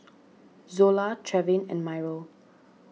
Zola Trevin and Myrl